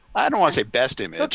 i don't wanna say best image.